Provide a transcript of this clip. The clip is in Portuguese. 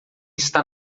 está